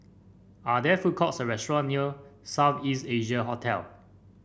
are there food courts or restaurant near South East Asia Hotel